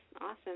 awesome